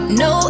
no